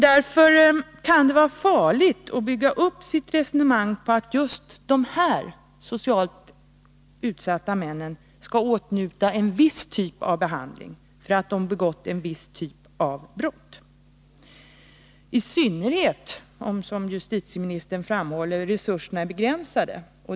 Därför kan det vara farligt att bygga upp sitt resonemang på att just de här socialt utsatta männen skall åtnjuta en viss typ av behandling, därför att de begått en viss typ av brott —-isynnerhet om, som justitieministern framhåller, resurserna är begränsade.